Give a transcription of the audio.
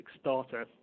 starter